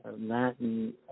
Latin